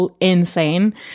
insane